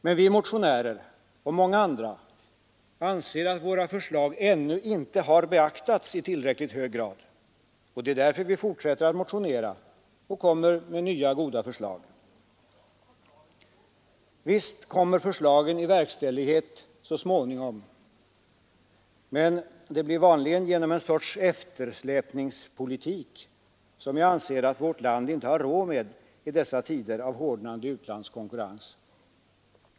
Men vi motionärer — och många andra — anser att våra förslag ännu inte har beaktats i tillräckligt hög grad, och det är därför vi fortsätter att motionera och framlägga nya, goda förslag. Visst går förslagen ändå i verkställighet så småningom — men resultatet av denna ordning blir vanligen ett slags ”eftersläpningspolitik” som vårt land enligt min mening inte har råd med i dessa tider av hårdnande utlandskonkurrens.